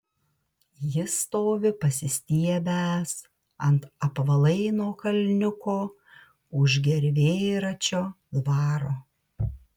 jis stovi pasistiebęs ant apvalaino kalniuko už gervėračio dvaro